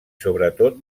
sobretot